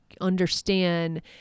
understand